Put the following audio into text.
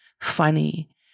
funny